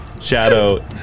Shadow